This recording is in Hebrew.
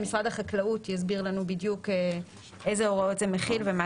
משרד החקלאות יסביר לנו בדיוק איזה הוראות זה מכיל ומה